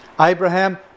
Abraham